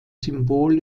symbol